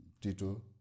Tito